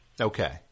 Okay